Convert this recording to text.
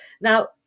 now